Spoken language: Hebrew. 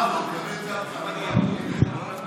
בינתיים הם מתים